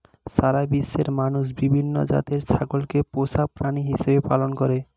সারা বিশ্বের মানুষ বিভিন্ন জাতের ছাগলকে পোষা প্রাণী হিসেবে পালন করে